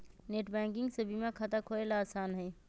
net banking से बीमा खाता खोलेला आसान हई